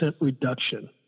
reduction